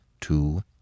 two